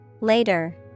Later